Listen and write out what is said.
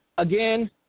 Again